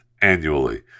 annually